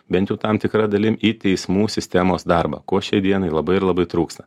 bent jau tam tikra dalim į teismų sistemos darbą ko šiai dienai labai ir labai trūksta